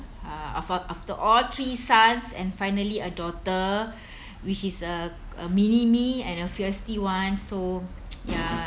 uh aft~ after all three sons and finally a daughter which is a a mini me and a fiercely one so ya